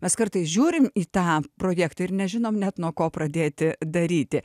mes kartais žiūrim į tą projektą ir nežinom net nuo ko pradėti daryti